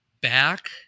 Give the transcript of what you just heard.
Back